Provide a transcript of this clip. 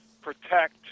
protect